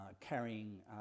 carrying